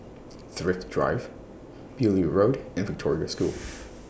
Thrift Drive Beaulieu Road and Victoria School